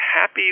happy